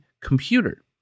computer